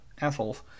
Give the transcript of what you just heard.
assholes